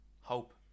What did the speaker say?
hope